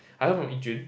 I heard from Yi-Jun